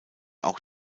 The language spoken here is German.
auch